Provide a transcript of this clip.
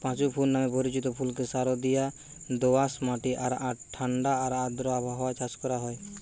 পাঁচু ফুল নামে পরিচিত ফুলকে সারদিয়া দোআঁশ মাটি আর ঠাণ্ডা আর আর্দ্র আবহাওয়ায় চাষ করা হয়